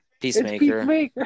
Peacemaker